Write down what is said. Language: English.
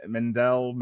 Mendel